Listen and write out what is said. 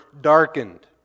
darkened